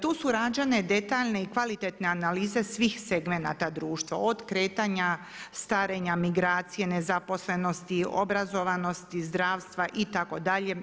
Tu su rađene detaljne i kvalitetne analize svih segmenata društva od kretanja, starenja migracije, nezaposlenosti, obrazovanosti, zdravstva itd.